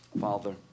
Father